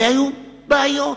והיו בעיות.